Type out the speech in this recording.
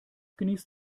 genießt